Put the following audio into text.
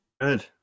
Good